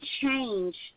change